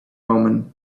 omen